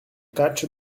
catch